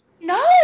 No